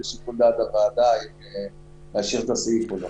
לשיקול דעת הוועדה אם להשאיר את הסעיף או לא.